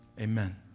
Amen